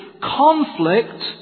Conflict